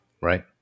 Right